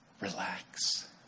Relax